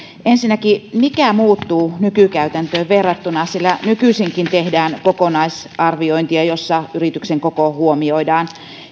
ensinnäkin mikä muuttuu nykykäytäntöön verrattuna sillä nykyisinkin tehdään kokonaisarviointia jossa yrityksen koko huomioidaan